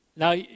Now